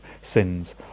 sins